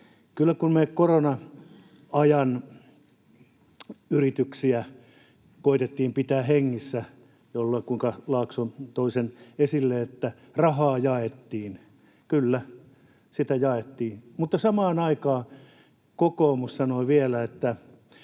kyllä kun me korona-ajan yrityksiä koetettiin pitää hengissä, kuten Laakso toi sen esille, että rahaa jaettiin — kyllä, sitä jaettiin — samaan aikaan kokoomus sanoi vielä, että